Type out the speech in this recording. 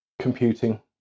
computing